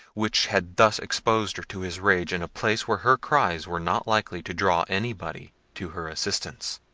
which had thus exposed her to his rage in a place where her cries were not likely to draw anybody to her assistance.